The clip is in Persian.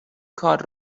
کار